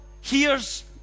hears